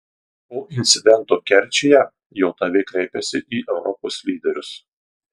po incidento kerčėje jav kreipiasi į europos lyderius